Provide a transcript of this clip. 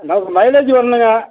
நமக்கு மைலேஜ் வரணுங்க